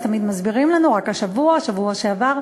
אז תמיד מסבירים לנו, רק השבוע, בשבוע שעבר,